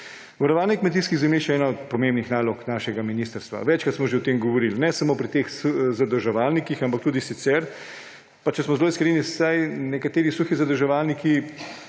Varovanje kmetijskih zemljišč je ena od pomembnih nalog našega ministrstva. Večkrat smo že o tem govorili. Ne samo pri teh zadrževalnikih, ampak tudi sicer. Pa če smo zelo iskreni, saj nekateri suhi zadrževalniki,